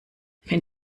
wenn